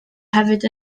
hefyd